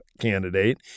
candidate